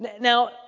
Now